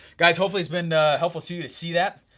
guys hopefully it's been helpful to you to see that,